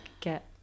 get